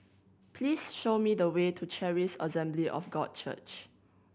please show me the way to Charis Assembly of God Church